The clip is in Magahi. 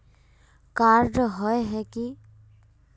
कार्ड होय है की?